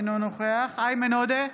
אינו נוכח איימן עודה,